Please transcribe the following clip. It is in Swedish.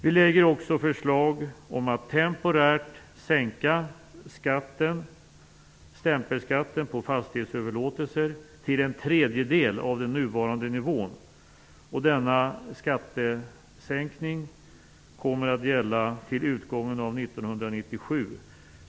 Vi lägger också fram förslag om att temporärt sänka stämpelskatten på fastighetsöverlåtelser till en tredjedel av den nuvarande nivån. Denna skattesänkning kommer att gälla till utgången av 1997.